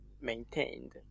maintained